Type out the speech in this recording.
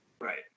right